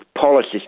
policies